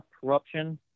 corruption